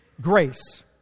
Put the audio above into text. Grace